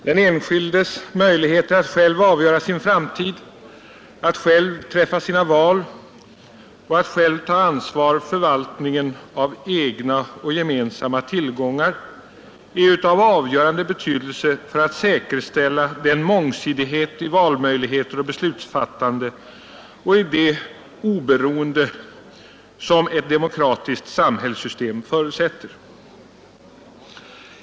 Den enskildes möjligheter att själv avgöra sin framtid, att själv träffa sina val och att själv ta ansvar för förvaltningen av egna och gemensamma tillgångar är av avgörande betydelse för att säkerställa den mångsidighet i valmöjligheter och beslutsfattande och det oberoende som ett demokratiskt samhällssystem förutsätter.